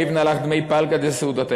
יהיבנא לך דמי פלגא דסעודתיך,